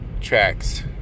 tracks